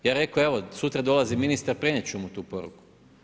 Ja rekao, evo sutra dolazi ministar, prenijeti ću mu tu poruku.